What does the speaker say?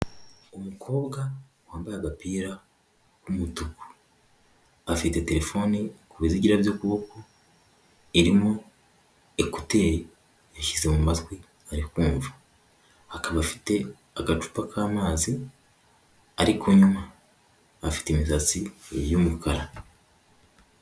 Umukobwa wambaye agapira k'umutuku afite telefoni ku bizigira by'ukuboko irimo ekuteri yashyize mu matwi, ari kumva akaba afite agacupa k'amazi ari kunywa afite imisatsi y'umukara.